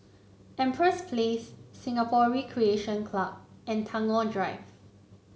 Empress Place Singapore Recreation Club and Tagore Drive